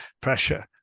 pressure